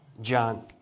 John